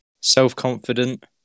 self-confident